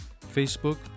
Facebook